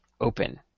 open